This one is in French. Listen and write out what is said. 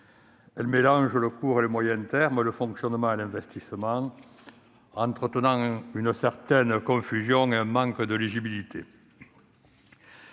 Elle mélange le court et le moyen terme, le fonctionnement et l'investissement, entretenant ainsi une certaine confusion, source d'un manque de lisibilité.